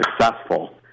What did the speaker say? successful